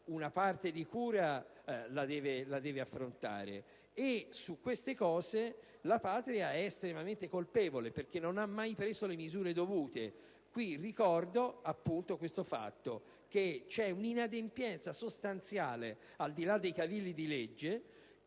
una parte di cura la deve affrontare, e su questo la Patria è estremamente colpevole perché non ha mai preso le misure dovute. Ricordo infatti che c'è un'inadempienza sostanziale, al di là dei cavilli di legge,